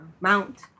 mount